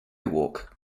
walk